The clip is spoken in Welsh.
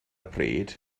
pryd